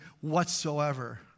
whatsoever